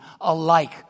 alike